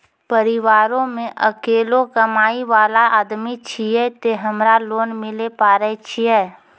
परिवारों मे अकेलो कमाई वाला आदमी छियै ते हमरा लोन मिले पारे छियै?